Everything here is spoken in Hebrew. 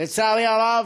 לצערי הרב,